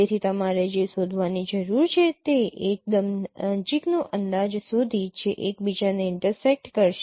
તેથી તમારે જે શોધવાની જરૂર છે તે એકદમ નજીકનો અંદાજ શોધી જે એકબીજાને ઇન્ટરસેક્ટ કરશે